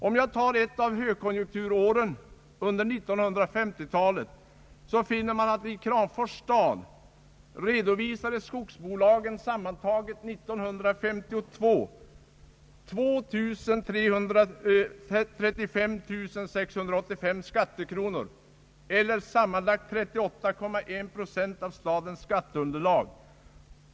Om man tar ett av högkonjunkturåren under 1950-talet, finner man att i Kramfors stad redovisade skogsbolagen år 1952 sammanlagt 235 685 skattekronor eller 38,1 procent av stadens skatteunderlag.